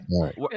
right